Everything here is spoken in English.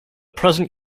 present